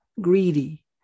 greedy